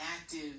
active